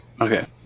Okay